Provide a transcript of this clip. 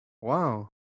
Wow